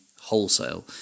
wholesale